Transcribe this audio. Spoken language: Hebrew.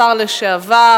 השר לשעבר,